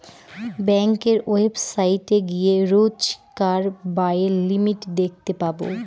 ব্যাঙ্কের ওয়েবসাইটে গিয়ে রোজকার ব্যায়ের লিমিট দেখতে পাবো